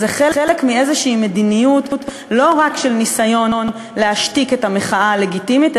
זה חלק ממדיניות כלשהי לא רק של ניסיון להשתיק את המחאה הלגיטימית,